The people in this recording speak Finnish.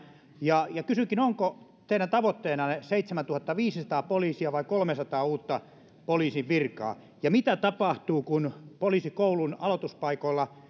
kysynkin onko teidän tavoitteenanne seitsemäntuhattaviisisataa poliisia vai kolmesataa uutta poliisin virkaa ja kun poliisikoulun aloituspaikoilla